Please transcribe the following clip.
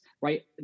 right